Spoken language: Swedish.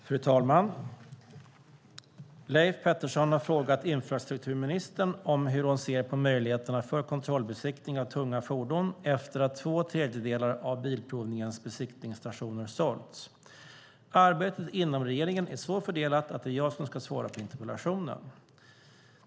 Fru talman! Leif Pettersson har frågat infrastrukturministern hur hon ser på möjligheterna för kontrollbesiktning av tunga fordon efter att två tredjedelar av Bilprovningens besiktningsstationer sålts. Arbetet inom regeringen är så fördelat att det är jag som ska svara på interpellationen.